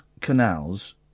canals